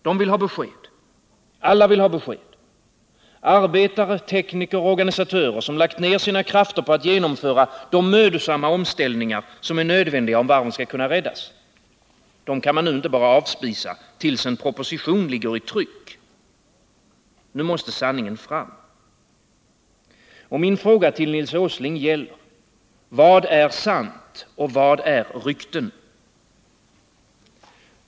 De vill ha besked. Alla vill ha besked. Arbetare, tekniker, organisatörer, som lagt ner sina krafter på att genomföra de mödosamma omställningar som är nödvändiga om varven skall kunna räddas, kan man inte bara avspisa tills en proposition ligger i tryck. Nu måste sanningen fram. Och min fråga till Nils Åsling gäller: Vad är sant och vad är rykten?